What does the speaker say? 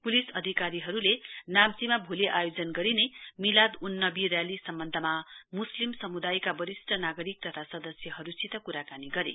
police अधिकारीहरूले नाम्चीमा भोलि आयोजन गरिने मिलाद उन नवी र्याली सम्वन्धमा मुस्लिम समुदायका वरिष्ट नागरिक तथा सदस्यहरूसित क्राकानी गरे